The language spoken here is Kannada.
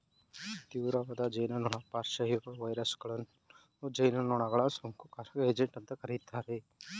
ತೀವ್ರವಾದ ಜೇನುನೊಣ ಪಾರ್ಶ್ವವಾಯು ವೈರಸಗಳನ್ನು ಜೇನುನೊಣಗಳ ಸೋಂಕುಕಾರಕ ಏಜೆಂಟ್ ಅಂತ ಕರೀತಾರೆ